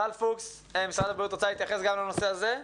טל פוקס ממשרד הבריאות רוצה להתייחס גם לנושא הזה?